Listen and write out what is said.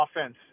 offense